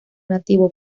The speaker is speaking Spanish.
nativo